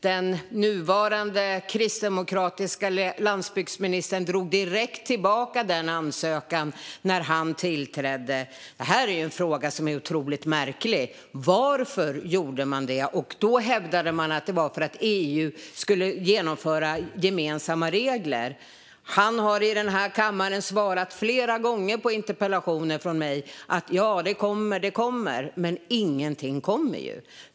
Den nuvarande kristdemokratiska landsbygdsministern drog direkt tillbaka den ansökan när han tillträdde. Det är otroligt märkligt. Varför gjorde man det? Då hävdade man att det var för att EU skulle genomföra gemensamma regler. Ministern har flera gånger i den här kammaren svarat på interpellationer från mig och sagt att detta kommer. Men ingenting kommer ju.